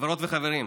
חברות וחברים,